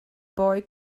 boy